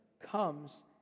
comes